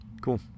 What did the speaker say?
cool